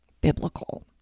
biblical